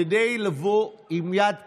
כדי לבוא עם יד פתוחה.